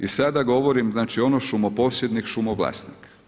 I sada govorim, znači ono šumoposjednik, šumovlasnik.